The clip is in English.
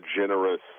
generous